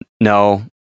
No